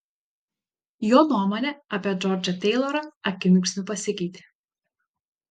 jo nuomonė apie džordžą teilorą akimirksniu pasikeitė